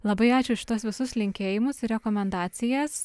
labai ačiū už šituos visus linkėjimus ir rekomendacijas